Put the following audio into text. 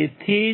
તેથી